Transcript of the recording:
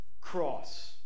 cross